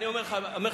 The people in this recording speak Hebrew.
אני אומר לך בצניעות,